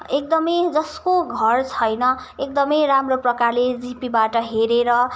एकदमै जसको घर छैन एकदमै राम्रो प्रकारले जिपीबाट हेरेर